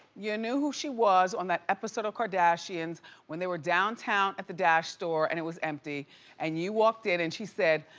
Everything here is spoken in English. you knew who she was on that episode of kardashians when they were downtown at the dash store and it was empty and you walked in and she said,